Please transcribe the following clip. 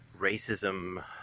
racism